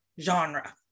genre